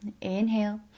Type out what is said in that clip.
inhale